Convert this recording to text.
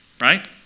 Right